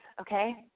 okay